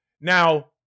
Now